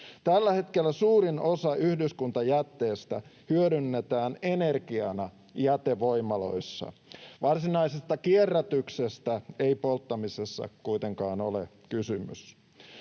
Tällä hetkellä suurin osa yhdyskuntajätteestä hyödynnetään energiana jätevoimaloissa. Varsinaisesta kierrätyksestä ei polttamisessa kuitenkaan ole kysymys.